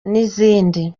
n’izindi